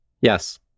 Yes